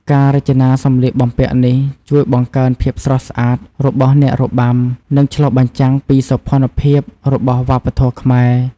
ការរចនាសម្លៀកបំពាក់នេះ ជួយបង្កើនភាពស្រស់ស្អាតរបស់អ្នករបាំ និងឆ្លុះបញ្ចាំងពីសោភ័ណភាពរបស់វប្បធម៌ខ្មែរ។